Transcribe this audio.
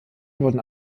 wurden